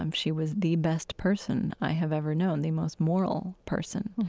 um she was the best person i have ever known, the most moral person.